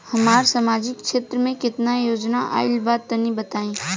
हमरा समाजिक क्षेत्र में केतना योजना आइल बा तनि बताईं?